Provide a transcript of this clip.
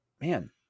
man